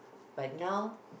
but now